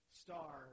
star